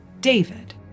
David